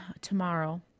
tomorrow